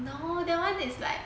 no that [one] is like